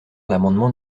l’amendement